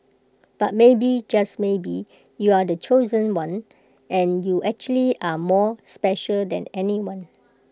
but maybe just maybe you're the chosen one and you actually are more special than everyone